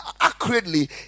accurately